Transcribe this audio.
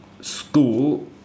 school